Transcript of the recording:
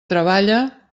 treballa